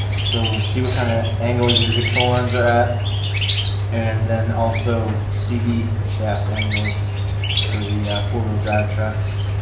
so, see what kind of angles your control arms are at and then also cv shaft angles for the four wheel drive trucks.